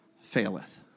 faileth